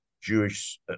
Jewish